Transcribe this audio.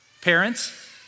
Parents